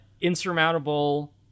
insurmountable